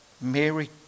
Mary